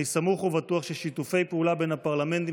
אני סמוך ובטוח ששיתופי פעולה בין הפרלמנטים